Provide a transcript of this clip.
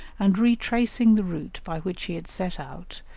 and retracing the route by which he had set out,